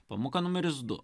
pamoka numeris du